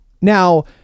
Now